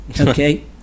Okay